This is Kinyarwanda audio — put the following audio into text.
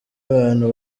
abantu